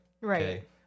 Right